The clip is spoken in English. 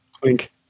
Clink